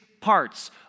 parts